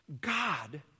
god